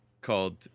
called